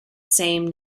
same